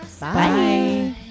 Bye